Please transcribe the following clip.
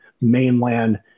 mainland